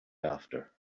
after